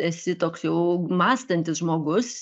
esi toks jau mąstantis žmogus